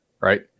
right